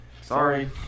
Sorry